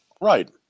Right